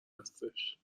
هستش